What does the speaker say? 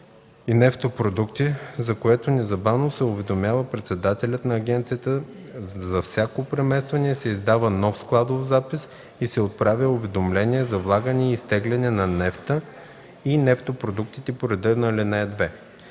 и нефтопродукти, за което незабавно се уведомява председателят на агенцията; за всяко преместване се издава нов складов запис и се отправя уведомление за влагане и изтегляне на нефта и нефтопродуктите по реда на ал. 2.